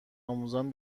آموزان